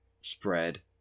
spread